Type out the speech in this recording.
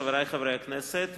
חברי חברי הכנסת,